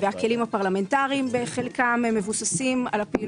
והכלים הפרלמנטריים בחלקם מבוססים על הפעילות